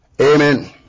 Amen